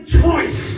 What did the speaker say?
choice